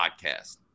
podcast